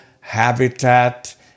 habitat